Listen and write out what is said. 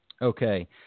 Okay